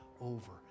over